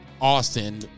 Austin